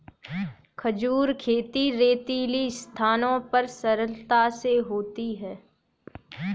खजूर खेती रेतीली स्थानों पर सरलता से होती है